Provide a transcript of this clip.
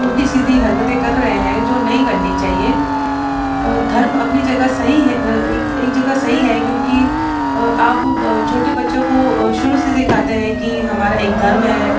उल्टी सीधी हरकतें कर रहे हैं जो नहीं करनी चाहिए धर्म अपनी जगह सही है एक एक जगह सही है क्योंकि आप वो छोटे बच्चों को शुरू से सीखाते हैं कि हमारा एक धर्म है